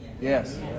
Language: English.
Yes